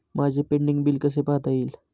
माझे pending bill कसे पाहता येईल?